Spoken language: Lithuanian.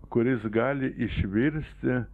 kuris gali išvirsti